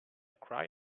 cry